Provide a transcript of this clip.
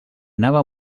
anava